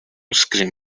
screen